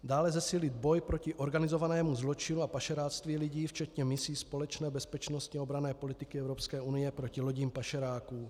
Dále, zesílit boj proti organizovanému zločinu a pašeráctví lidí, včetně misí společné bezpečnostní a obranné politiky Evropské unie proti lodím pašeráků.